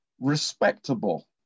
Respectable